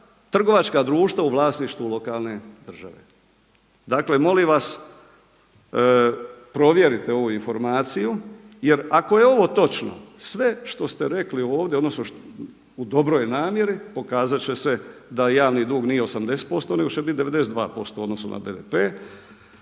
trgovačka društva u vlasništvu lokalne države. Dakle molim vas provjerite ovu informaciju jer ako je ovo točno, sve što ste rekli ovdje u dobroj namjeri, pokazat će se da javni dug nije 80% nego će biti 92% u odnosu na BDP.